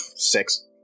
six